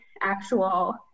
actual